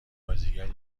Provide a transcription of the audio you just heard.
بازیگر